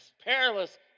perilous